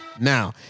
Now